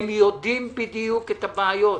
הם יודעים בדיוק את הבעיות.